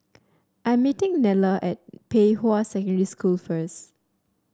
I'm meeting Nella at Pei Hwa Secondary School first